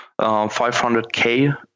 500K